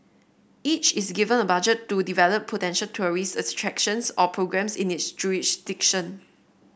each is given a budget to develop potential tourist attractions or programmes in its jurisdiction